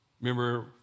Remember